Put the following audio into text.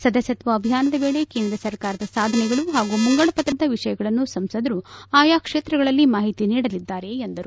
ಸದಸ್ಯತ್ವ ಅಭಿಯಾನದ ವೇಳೆ ಕೇಂದ್ರ ಸರ್ಕಾರದ ಸಾಧನೆಗಳು ಹಾಗೂ ಮುಂಗಡ ಪತ್ರದ ವಿಷಯಗಳನ್ನು ಸಂಸದರು ಆಯಾ ಕ್ಷೇತ್ರಗಳಲ್ಲಿ ಮಾಹಿತಿ ನೀಡಲಿದ್ದಾರೆ ಎಂದರು